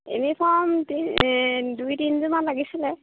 uniform দুই তিনিযোৰমান লাগিছিলে